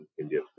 India